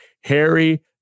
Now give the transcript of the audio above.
Harry